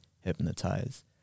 hypnotize